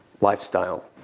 lifestyle